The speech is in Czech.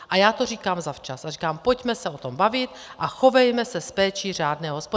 A já to říkám zavčas a říkám, pojďme se o tom bavit a chovejme se s péčí řádného hospodáře.